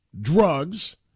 Drugs